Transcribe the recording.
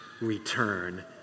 return